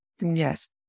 Yes